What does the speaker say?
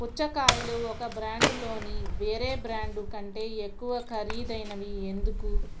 పుచ్చకాయలు ఒక బ్రాండులోని వేరే బ్రాండు కంటే ఎక్కువ ఖరీదైనవి ఎందుకు